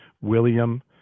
William